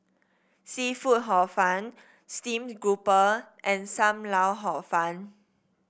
seafood Hor Fun Steamed Grouper and Sam Lau Hor Fun